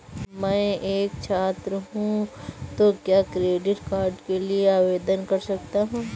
मैं एक छात्र हूँ तो क्या क्रेडिट कार्ड के लिए आवेदन कर सकता हूँ?